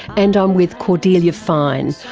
and i'm with cordelia fine,